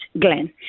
Glenn